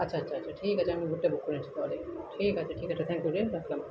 আচ্ছা আচ্ছা আচ্ছা ঠিক আছে আমি উবরটা বুক করে নিচ্ছি তাহলে ঠিক আছে ঠিক আছে থ্যাঙ্ক ইউ রে রাখলাম